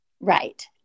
Right